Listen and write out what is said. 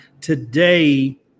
today